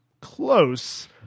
close